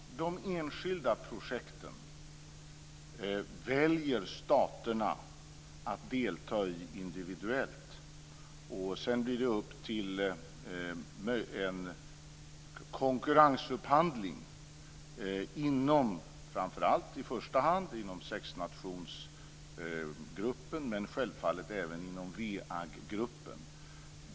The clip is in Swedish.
Fru talman! De enskilda projekten väljer staterna att delta i individuellt. Sedan blir det en konkurrensupphandling, i första hand naturligtvis inom sexnationsgruppen men självfallet även inom WEAG gruppen.